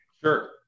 Sure